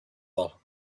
all